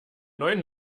neuen